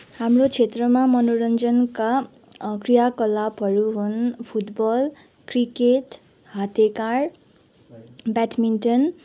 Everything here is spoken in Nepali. हाम्रो क्षेत्रमा मनोरन्जनका क्रियाकलापहरू हुन् फुटबल क्रिकेट हातेकाँड ब्याडमिन्टन